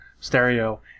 stereo